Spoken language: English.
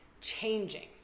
changing